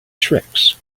tricks